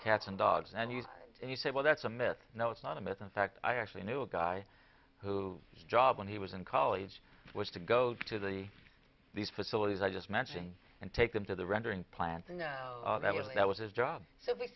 cats and dogs and used and you say well that's a myth no it's not a myth in fact i actually knew a guy who job when he was in college was to go to the these facilities i just mentioned and take them to the rendering plants and that was that was his job so we